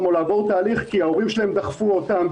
או לעבור תהליך כי ההורים שלהם דחפו אותם,